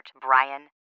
Brian